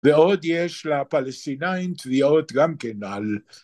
ועוד יש לפלסטינים, תביעות גם כן